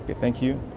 thank you.